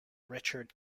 richard